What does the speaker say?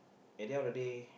at the end of the day